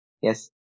yes